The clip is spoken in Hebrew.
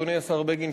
אדוני השר בגין,